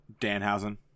Danhausen